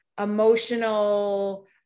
emotional